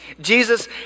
Jesus